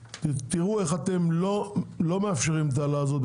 תראו איך אתם לא מאפשרים את ההעלאה הזו,